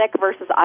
versus